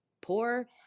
poor